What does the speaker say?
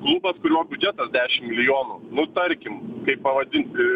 klubas kurio biudžetas dešim milijonų nu tarkim kaip pavadinti